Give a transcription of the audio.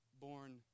born